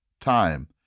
time